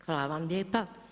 Hvala vam lijepa.